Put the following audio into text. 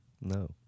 No